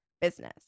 business